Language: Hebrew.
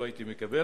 לא הייתי מקבל.